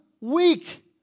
weak